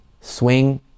swing